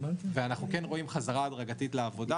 ואנחנו כן רואים חזרה הדרגתית לעבודה.